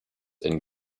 and